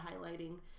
highlighting